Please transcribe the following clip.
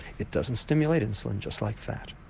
it doesn't stimulate insulin, just like fat.